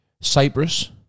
Cyprus